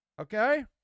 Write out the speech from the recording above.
Okay